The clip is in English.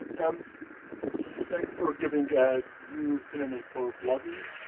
um thanks for giving a new synonym for blogging,